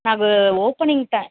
నాకు opening time